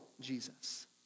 Jesus